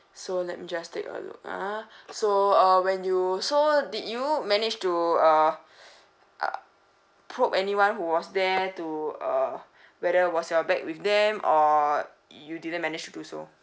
so let me just take a look ah so uh when you so did you manage to uh go uh probe anyone who was there to uh whether was your bag with them or you didn't manage to so